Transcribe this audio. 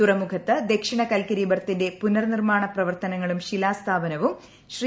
തുറമുഖത്ത് ദക്ഷിണ കൽക്കരി ബർത്തിന്റെ പുനർനിർമ്മാണ പ്രവർത്തനങ്ങളും ശിലാസ്ഥാപനവും ശ്രീ